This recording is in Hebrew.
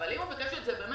אבל אם הוא ביקש את זה במרץ,